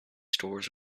stores